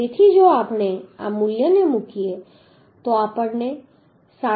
તેથી જો આપણે આ મૂલ્યને મૂકીએ તો આપણે 37